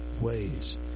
ways